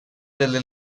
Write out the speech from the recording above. delle